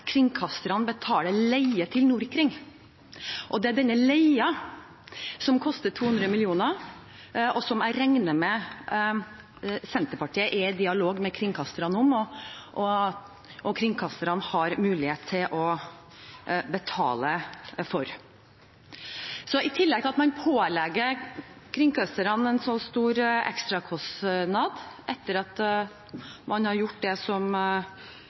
er denne leien som koster 200 mill. kr, og som jeg regner med Senterpartiet er i dialog med kringkasterne om kringkasterne har mulighet til å betale for. I tillegg til at man pålegger kringkasterne en så stor ekstrakostnad etter at de har gjort det som